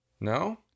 No